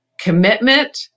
Commitment